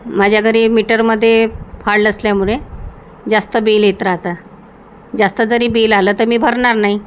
माझ्या घरी मीटरमध्ये फाल्ड असल्यामुळे जास्त बिल येत राहतं जास्त जरी बिल आलं तर मी भरणार नाही